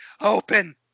open